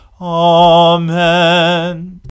Amen